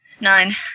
Nine